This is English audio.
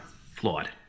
Flawed